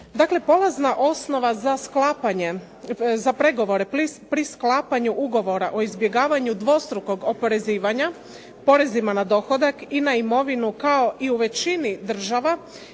Dakle, polazna osnova za sklapanje, za pregovore pri sklapanju ugovora o izbjegavanju dvostrukog oporezivanja porezima na dohodak i na imovinu kao i u većini država